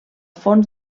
fons